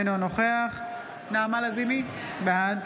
אינו נוכח נעמה לזימי, בעד